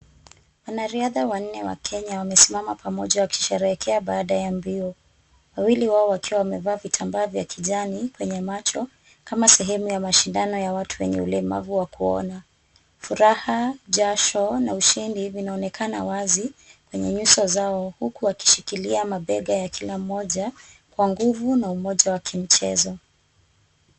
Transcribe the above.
Wanariadha wanne wa Kenya wamesimama wakisherehekea baada ya mbio. Wawili wao wakiwa wamevaa vitambaa vya kijani kwenye macho kama sehemu ya mashindano ya watu wenye ulemavu wa kuona. Furaha, jasho na ushindi vinaonekana wazi kwenye nyuso zao huku wakishikilia mabega ya kila mmoja, kwa nguvu na umoja wa kimchezo.